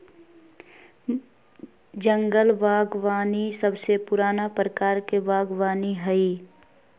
जंगल बागवानी सबसे पुराना प्रकार के बागवानी हई